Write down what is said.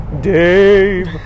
Dave